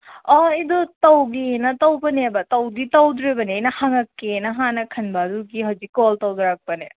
ꯑꯣ ꯑꯩꯗꯨ ꯇꯧꯒꯦꯅ ꯇꯧꯕꯅꯦꯕ ꯇꯧꯗꯤ ꯇꯧꯗ꯭ꯔꯤꯕꯅꯤꯅ ꯍꯪꯉꯛꯀꯦꯅ ꯍꯥꯟꯅ ꯈꯟꯕ ꯑꯗꯨꯒꯤ ꯍꯧꯖꯤꯛ ꯀꯣꯜ ꯇꯧꯖꯔꯛꯄꯅꯦ